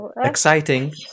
Exciting